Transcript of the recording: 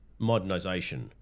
modernisation